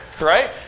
right